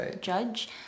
judge